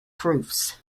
proofs